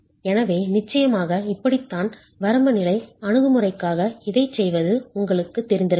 எனவே நிச்சயமாக இப்படித்தான் வரம்பு நிலை அணுகுமுறைக்காக இதைச் செய்வது உங்களுக்குத் தெரிந்திருக்கலாம்